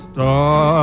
Star